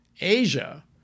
Asia